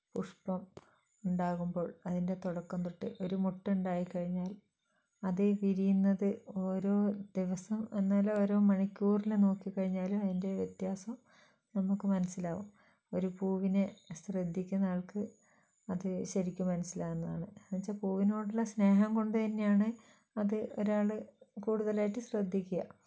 പുഷ്പം ഉണ്ടാകുമ്പോൾ അതിൻ്റെ തുടക്കം തൊട്ടേ ഒരു മൊട്ടുണ്ടായിക്കഴിഞ്ഞാൽ അത് വിരിയുന്നത് ഓരോ ദിവസവും എന്നാൽ ഓരോ മണിക്കൂറിലും നോക്കിക്കഴിഞ്ഞാൽ അതിൻ്റെ വ്യത്യാസം നമുക്ക് മനസ്സിലാവും ഒരു പൂവിനെ ശ്രദ്ധിക്കുന്ന ആൾക്ക് അത് ശരിക്ക് മനസ്സിലാകുന്നതാണ് എന്നു വച്ചാൽ പൂവിനോടുള്ള സ്നേഹം കൊണ്ട് തന്നെയാണ് അത് ഒരാൾ കൂടുതലായിട്ട് ശ്രദ്ധിക്കുക